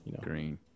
green